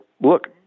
look